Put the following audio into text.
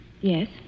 Yes